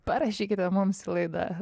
parašykite mums į laidą